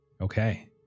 Okay